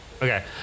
Okay